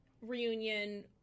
reunion